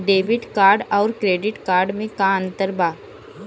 Debit card आउर credit card मे का अंतर बा?